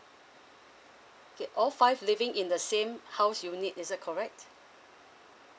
okay all five living in the same house unit is it correct